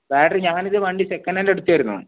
battery ഞാൻ ഇത് second hand എടുത്തായിരുന്നു